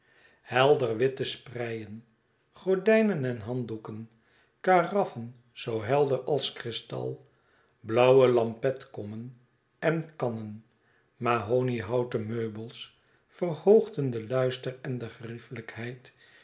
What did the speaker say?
helder witte spreien gordijnen en handdoeken karaffen zoo helder als kristal blauwe lampetkommen en kannen mahoniehouten meubels verhoogden den luister en